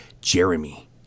Jeremy